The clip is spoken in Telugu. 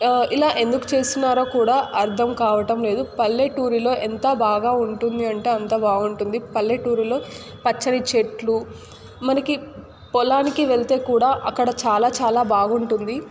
ఇలా ఎందుకు చేస్తున్నారో కూడా అర్థం కావడం లేదు పల్లెటూరిలో ఎంత బాగా ఉంటుంది అంటే అంత బాగుంటుంది పల్లెటూరులో పచ్చని చెట్లు మనకి పొలానికి వెళితే కూడా అక్కడ చాలా చాలా బాగుంటుంది